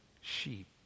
sheep